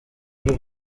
y’u